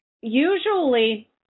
usually